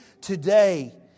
today